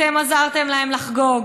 אתם עזרתם להם לחגוג.